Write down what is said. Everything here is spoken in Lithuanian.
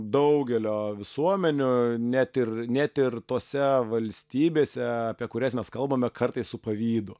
daugelio visuomenių net ir net ir tose valstybėse apie kurias mes kalbame kartais su pavydu